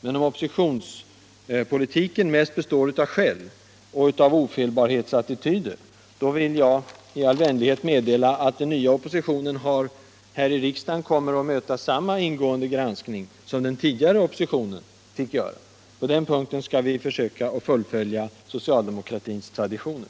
Men om oppositionen mest består av skäll och av ofelbarhetsattityder, vill jag i all vänlighet meddela att den nya oppositionen här i riksdagen kommer att möta samma ingående granskning som den tidigare oppositionen mötte. På den punkten skall vi försöka fullfölja den socialdemokratiska traditionen.